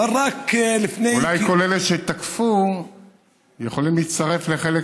אבל רק, אולי כל אלה שתקפו יכולים להצטרף לחלק